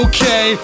Okay